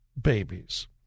babies